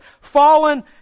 fallen